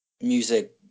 music